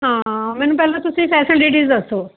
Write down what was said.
ਹਾਂ ਮੈਨੂੰ ਪਹਿਲਾਂ ਤੁਸੀਂ ਫੈਸਿਲੀਟੀਜ਼ ਦੱਸੋ